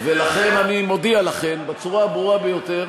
לכן אני מודיע לכן בצורה הטובה ביותר,